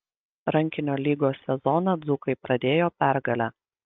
rankinio lygos sezoną dzūkai pradėjo pergale